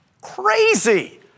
crazy